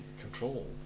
Control